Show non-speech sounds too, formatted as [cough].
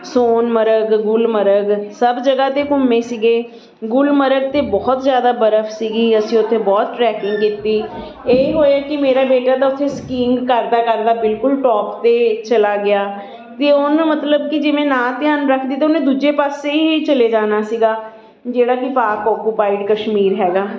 ਸੋਨਮਰਗ ਗੁਲਮਰਗ ਸਭ ਜਗ੍ਹਾ 'ਤੇ ਘੁੰਮੇ ਸੀਗੇ ਗੁਲਮਰਗ 'ਤੇ ਬਹੁਤ ਜ਼ਿਆਦਾ ਬਰਫ ਸੀਗੀ ਅਸੀਂ ਉੱਥੇ ਬਹੁਤ ਟਰੈਕਿੰਗ ਕੀਤੀ ਇਹ ਹੋਇਆ ਕਿ ਮੇਰਾ ਬੇਟਾ ਤਾਂ ਉੱਥੇ ਸਕੀਈਂਗ ਕਰਦਾ ਕਰਦਾ ਬਿਲਕੁਲ ਟੋਪ 'ਤੇ ਚਲਾ ਗਿਆ ਵੀ ਉਹਨੂੰ ਮਤਲਬ ਕਿ ਜੇ ਮੈਂ ਨਾ ਧਿਆਨ ਰੱਖਦੀ ਤਾਂ ਉਹਨੇ ਦੂਜੇ ਪਾਸੇ ਹੀ ਚਲੇ ਜਾਣਾ ਸੀਗਾ ਜਿਹੜਾ ਕਿ ਪਾਕਿ [unintelligible] ਕਸ਼ਮੀਰ ਹੈਗਾ